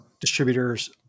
distributors